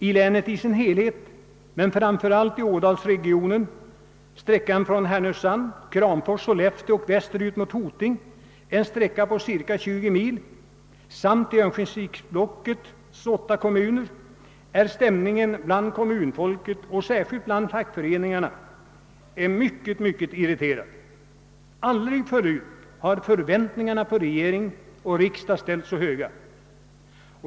I länet i sin helhet men framför allt i ådalsregionen på sträckan Härnösand—Kramfors—Sollefteå och västerut mot Hoting, en sträcka på cirka 20 mil, samt i örnsköldsviksblockets åtta kommuner är stämningen bland kommunfolket mycket irriterad, särskilt då i fackföreningarna. Aldrig förut har förväntningarna på regering och riksdag ställts så höga.